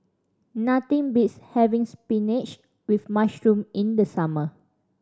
nothing beats having spinach with mushroom in the summer